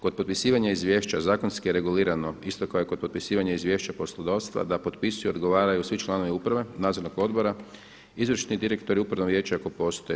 Kod potpisivanja izvješća zakonski je regulirano isto kao kod potpisivanja izvješća poslodavstva da potpisuju i odgovaraju svi članovi uprave, nadzornog odbora, izvršni direktor i upravno vijeće ako postoji.